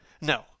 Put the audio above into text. No